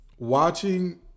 Watching